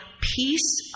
peace